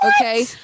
Okay